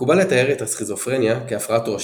מקובל לתאר את הסכיזופרניה כהפרעה תורשתית.